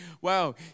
wow